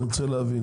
אני רוצה להבין.